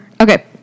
Okay